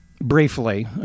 briefly